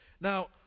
now